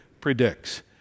predicts